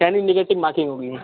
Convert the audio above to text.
यानी negative marking होगी